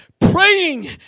Praying